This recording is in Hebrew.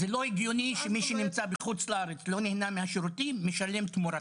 זה לא הגיוני שמי שנמצא בחו"ל ולא נהנה מהשירותים משלם תמורתם.